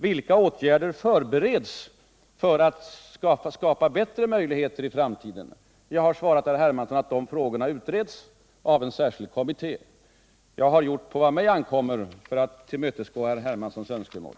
Vilka åtgärder förbereds för att effektivt möta en liknande spekulation?” Jag har svarat herr Hermansson att de frågorna utreds av en särskild kommitté. Jag har alltså gjort vad på mig ankommer för att tillmötesgå herr Hermanssons önskemål.